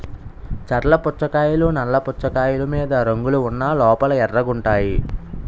చర్ల పుచ్చకాయలు నల్ల పుచ్చకాయలు మీద రంగులు ఉన్న లోపల ఎర్రగుంటాయి